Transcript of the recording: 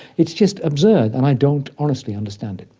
it's just absurd, and i don't honestly understand it.